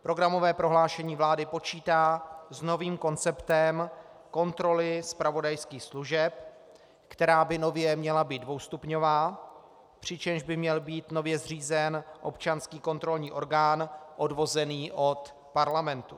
Programové prohlášení vlády počítá s novým konceptem kontroly zpravodajských služeb, která by nově měla být dvoustupňová, přičemž by měl být nově zřízen občanský kontrolní orgán odvozený od Parlamentu.